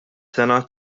sena